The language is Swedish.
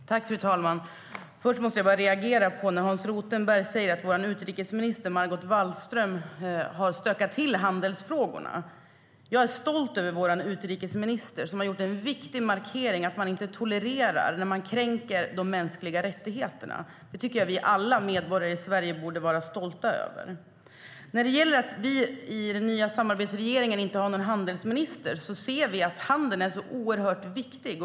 STYLEREF Kantrubrik \* MERGEFORMAT NäringspolitikNär det gäller att den nya samarbetsregeringen inte har någon handelsminister ser vi handeln som oerhört viktig.